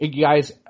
guys